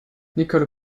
nicole